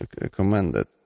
recommended